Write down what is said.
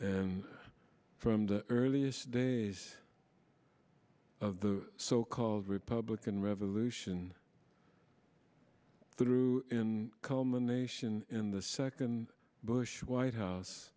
and from the earliest days of the so called republican revolution through in culmination in the second bush white house